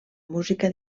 música